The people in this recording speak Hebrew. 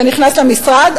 אתה נכנס למשרד,